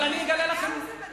הוא רק פוחד להגיד את זה.